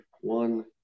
one